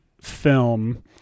film